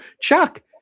Chuck